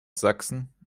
sachsen